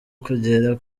kugera